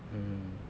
mm